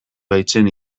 baitzen